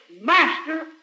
master